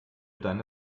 deine